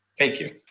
thank you.